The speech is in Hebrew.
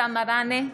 אבתיסאם מראענה,